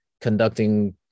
conducting